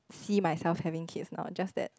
see myself having kids now just that